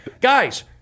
Guys